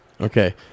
okay